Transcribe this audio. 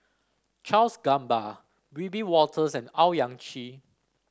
Charles Gamba Wiebe Wolters and Owyang Chi